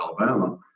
Alabama